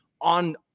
on